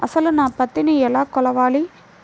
అసలు నా పత్తిని ఎలా కొలవాలి?